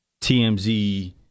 TMZ